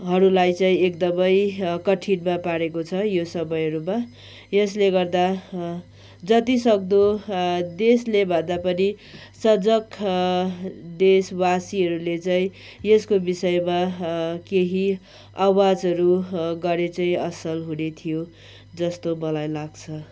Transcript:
हरूलाई चाहिँ एकदमै कठिनमा पारेको छ यो समयहरूमा यसले गर्दा जति सक्दो देशले भन्दा पनि सजक देशवासीहरूले चाहिँ यसको विषयमा केही आवाजहरू गरे चाहिँ असल हुने थियो जस्तो मलाई लाग्छ